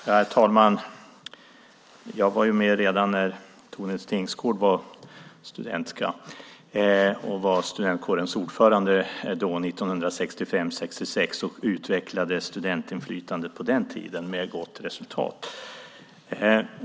Herr talman! Jag var med redan när Tone Tingsgård var studentska och var studentkårens ordförande 1965-1966 och utvecklade studentinflytandet på den tiden med gott resultat.